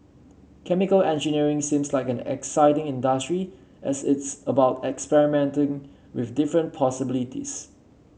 chemical engineering seems like an exciting industry as it's about experimenting with different possibilities